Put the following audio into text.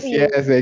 yes